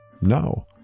No